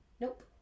Nope